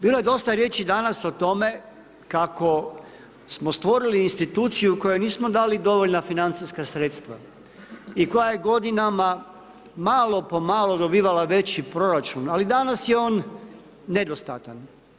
Bilo je dostav riječi danas o tome kako smo stvorili instituciju kojoj nismo dali dovoljna financijska sredstva i koja je godinama, malo po malo dobivala veći proračun, ali danas je on nedostatan.